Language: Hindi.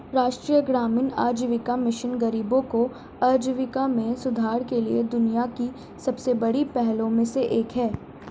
राष्ट्रीय ग्रामीण आजीविका मिशन गरीबों की आजीविका में सुधार के लिए दुनिया की सबसे बड़ी पहलों में से एक है